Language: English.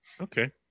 Okay